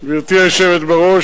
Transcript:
גברתי היושבת בראש,